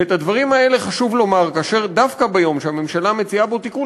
ואת הדברים האלה חשוב לומר דווקא ביום שהממשלה מציעה בו תיקון